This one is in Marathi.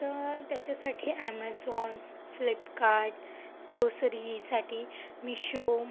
तर त्याच्यासाठी ॲमॅझॉन फ्लिपकार्ट ग्रोसरीसाठी मीशो